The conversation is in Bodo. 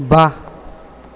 बा